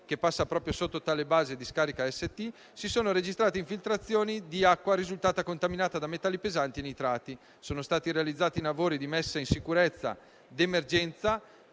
che passa proprio sotto la base di una discarica AST, si sono registrate infiltrazioni di acqua risultata contaminata da metalli pesanti e nitrati. Sono stati realizzati lavori di messa in sicurezza d'emergenza,